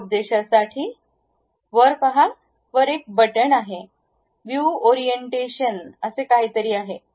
त्या उद्देशासाठी वर पहा वर एक बटण आहे व्ह्यू ओरिएंटेशन असे काहीतरी आहे